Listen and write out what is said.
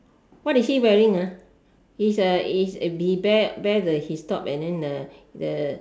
what is he wearing ah he is a is a he bare bare the his top and then the